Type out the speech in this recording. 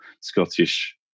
Scottish